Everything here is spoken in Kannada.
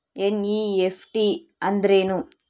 ಎನ್.ಇ.ಎಫ್.ಟಿ ಅಂದ್ರೆನು?